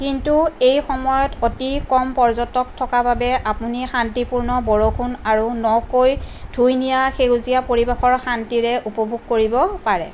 কিন্তু এই সময়ত অতি কম পৰ্যটক থকা বাবে আপুনি শান্তিপূৰ্ণ বৰষুণ আৰু নকৈ ধুই নিয়া সেউজীয়া পৰিৱেশৰ শান্তিৰে উপভোগ কৰিব পাৰে